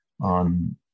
on